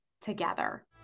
together